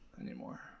anymore